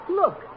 look